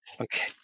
Okay